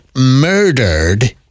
murdered